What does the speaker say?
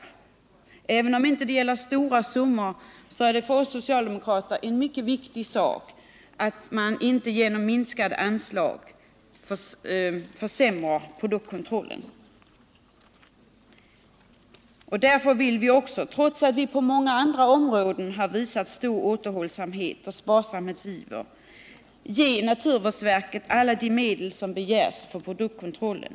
Det är visserligen inte fråga om stora summor, men för oss socialdemokrater är det mycket viktigt att man inte genom minskade anslag försämrar produktkontrollen, och vi vill därför — trots att vi på många andra områden har visat stor återhållsamhet och sparsamhetsiver — ge naturvårdsverket alla de medel som begärs för produktkontrollen.